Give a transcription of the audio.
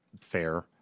fair